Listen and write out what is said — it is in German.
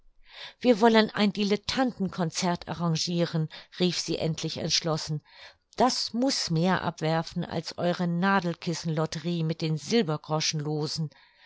wir wollen ein dilettanten concert arrangiren rief sie endlich entschlossen das muß mehr abwerfen als eure nadelkissen lotterie mit den silbergroschen loosen